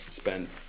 spend